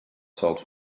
sols